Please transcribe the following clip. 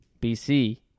BC